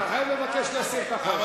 אתה חייב לבקש להסיר את הצעת החוק.